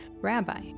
Rabbi